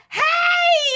hey